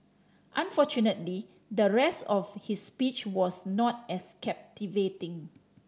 unfortunately the rest of his speech was not as captivating